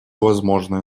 возможное